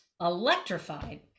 electrified